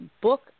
book